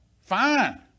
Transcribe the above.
Fine